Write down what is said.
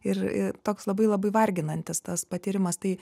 ir ir toks labai labai varginantis tas patyrimas tai